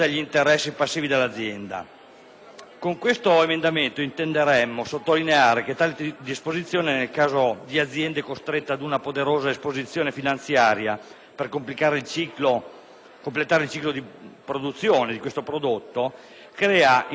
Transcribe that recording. Con questo emendamento intendiamo sottolineare che tale disposizione, nel caso di aziende costrette ad una poderosa esposizione finanziaria per completare il ciclo di produzione di tali prodotti, comporta irrimediabilmente